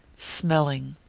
smelling.